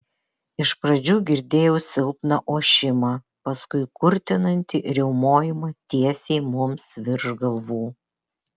iš pradžių girdėjau silpną ošimą paskui kurtinantį riaumojimą tiesiai mums virš galvų